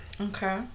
Okay